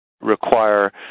require